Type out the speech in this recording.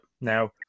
Now